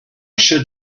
should